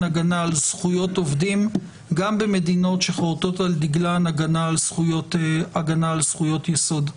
הגנה על זכויות עובדים גם במדינות שחורטות על דגלן הגנה על זכויות יסוד.